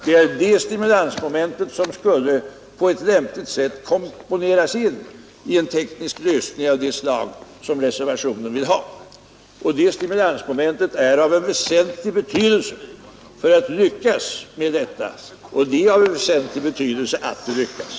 Det är det stimulansmomentet som på ett lämpligt sätt skulle komponeras in i en teknisk lösning av det slag som reservanterna vill ha. Det stimulansmomentet är av väsentlig betydelse för att man skall lyckas med vad det här gäller. Och det är av väsentlig betydelse att man lyckas.